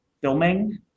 filming